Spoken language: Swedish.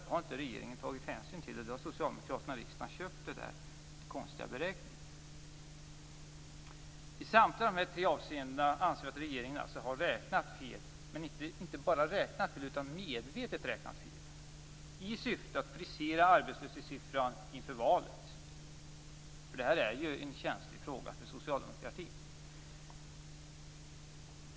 Det har inte regeringen tagit hänsyn, och socialdemokraterna i riksdagen har köpt den konstiga beräkningen. I samtliga dessa tre avseenden anser vi att regeringen medvetet har räknat fel i syfte att frisera arbetslöshetssiffran inför valet, för det här är ju en känslig fråga för socialdemokratin.